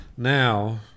Now